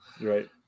Right